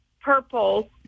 purple